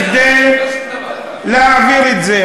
כדי להעביר את זה.